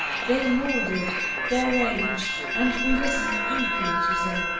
they moulded their age and we listen eagerly to them,